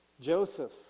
Joseph